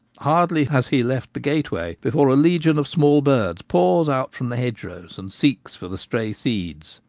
hardly has he left the gateway before a legion of small birds pours out from the hedgerows and seeks for the stray seeds.